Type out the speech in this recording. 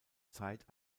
zeit